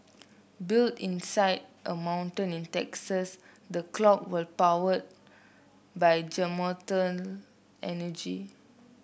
built inside a mountain in Texas the clock will powered by geothermal energy